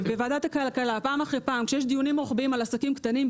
בוועדת הכלכלה פעם אחרי פעם כשיש דיונים רוחביים על עסקים קטנים,